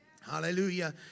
Hallelujah